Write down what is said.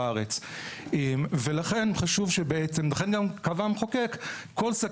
עד 50 מיקרון ופה היתה הטעות שצריך לתקן אותה.